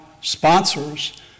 sponsors